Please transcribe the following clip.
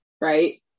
Right